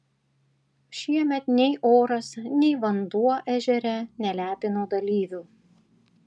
šiemet nei oras nei vanduo ežere nelepino dalyvių